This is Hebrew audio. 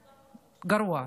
גרוע.